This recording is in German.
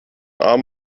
arm